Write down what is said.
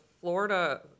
Florida